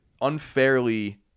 unfairly